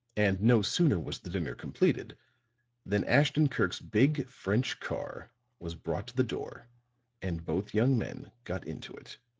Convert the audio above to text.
and no sooner was the dinner completed than ashton-kirk's big french car was brought to the door and both young men got into it.